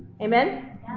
Amen